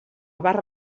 barra